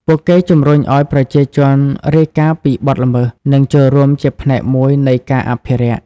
ពួកគេជំរុញឲ្យប្រជាជនរាយការណ៍ពីបទល្មើស និងចូលរួមជាផ្នែកមួយនៃការអភិរក្ស។